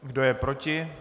Kdo je proti?